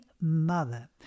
mother